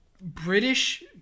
british